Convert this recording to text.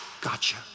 gotcha